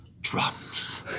Drums